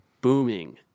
booming